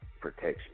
protection